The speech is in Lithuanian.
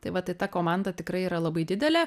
tai vat tai ta komanda tikrai yra labai didelė